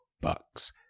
bucks